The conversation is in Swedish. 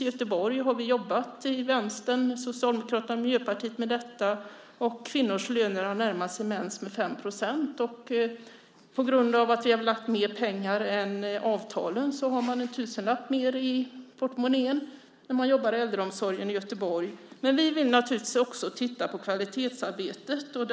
I Göteborg har vi jobbat i Vänstern, Socialdemokraterna och Miljöpartiet med detta, och kvinnors löner har närmat sig mäns med 5 %. På grund av att vi har lagt mer pengar än i avtalen har man en tusenlapp mer i portmonnän när man jobbar i äldreomsorgen i Göteborg. Men vi vill naturligtvis också titta på kvalitetsarbetet.